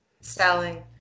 Selling